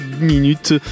minutes